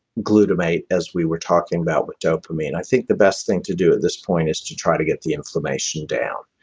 glutamate as we were talking about with dopamine. i think the best thing to do at this point is to try and get the inflammation down.